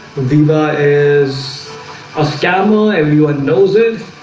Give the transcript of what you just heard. diva is a scammer everyone knows it.